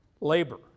labor